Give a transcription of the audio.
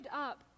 up